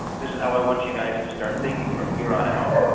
this is how i want you guys to start thinking from here on out.